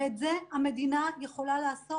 ואת זה המדינה יכולה לעשות.